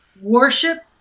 worship